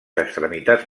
extremitats